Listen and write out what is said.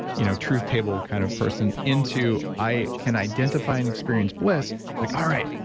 you know truth table kind of person into, i can identify and experience bliss, it's like, all right,